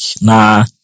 nah